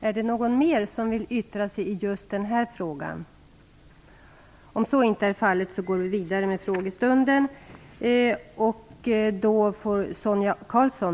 Är det någon mer som vill yttra sig just i den här frågan? Om så inte är fallet, går vi vidare med frågestunden.